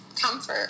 Comfort